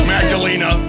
Magdalena